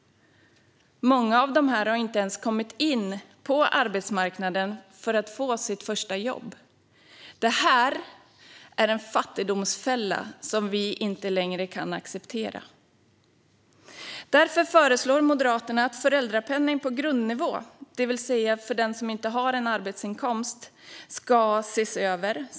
Många av dem har inte ens kommit in på arbetsmarknaden för att få sitt första jobb. Detta är en fattigdomsfälla som vi inte längre kan acceptera. Därför föreslår Moderaterna att föräldrapenning på grundnivå, det vill säga för den som inte har arbetsinkomst, ska ses över.